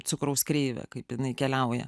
cukraus kreivę kaip jinai keliauja